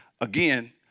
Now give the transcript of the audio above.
again